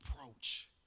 approach